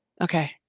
okay